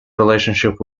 relationship